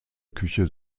küche